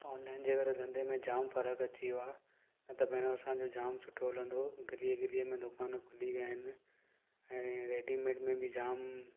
online जे करे धंधे में जाम फ़र्कु अची वियो आहे न त पहिरियों असांजो जाम सुठो हलंदो हो गलीअ गलीअ में दुकान खुली विया आहिनि ऐं रेडीमेड में बि जाम